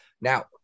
Now